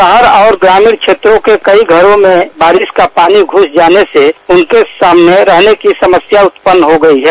शहर और ग्रामीण क्षेत्रों में कई घरों में बारिश का पानी घुस जाने से उनके सामने रहने की समस्या उत्पन्न हो गयी है